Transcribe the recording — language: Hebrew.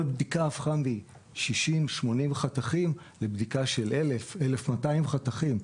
כל בדיקה הפכה מ-80-60 חתכים לבדיקה של 1,200-1,000 חתכים.